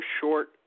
short